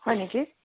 হয় নেকি